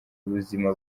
ubuzima